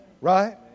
Right